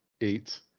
eight